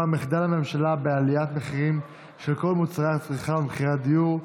מחדל הממשלה בעליית מחירים של כל מוצרי הצריכה ומחירי הדיור,